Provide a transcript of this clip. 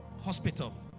hospital